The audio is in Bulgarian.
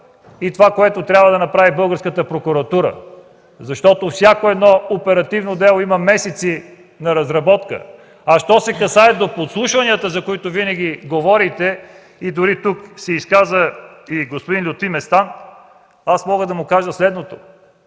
е правено и трябва да направи българската прокуратура, защото всяко едно оперативно дело има месеци на разработка. Що се касае до подслушванията, за които винаги говорите и дори тук се изказа господин Лютви Местан, мога да му кажа следното: